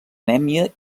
anèmia